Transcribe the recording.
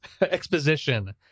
exposition